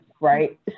right